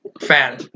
fan